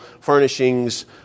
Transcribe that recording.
furnishings